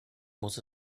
muss